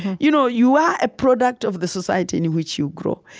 you know you are a product of the society in which you grow.